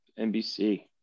NBC